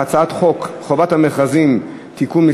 הצעת חוק חובת המכרזים (תיקון,